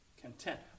content